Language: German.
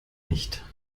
nicht